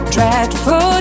Dreadful